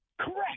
Correct